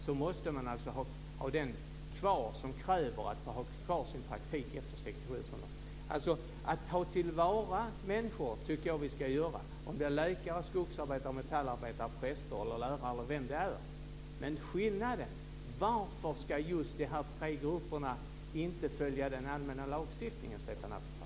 Landstinget måste då ha kvar den som kräver att få ha sin praktik efter 67. Att ta till vara människors kunnande tycker jag att vi ska göra, oavsett om det är läkare, skogsarbetare, metallarbetare, präst, lärare eller vem det nu än är. Men varför ska just de här tre grupperna inte följa den allmänna lagstiftningen, Stefan Attefall?